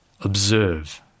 observe